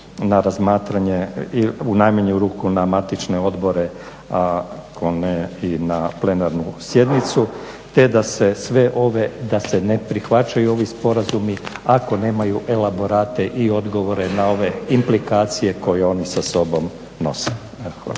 na razmatranje u najmanju ruku na matične odbore, ako ne i na plenarnu sjednicu, te da se sve ove, da se ne prihvaćaju ovi sporazumi ako nemaju elaborate i odgovore na ove implikacije koje oni sa sobom nose. Evo